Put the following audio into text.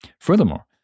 Furthermore